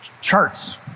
Charts